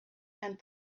and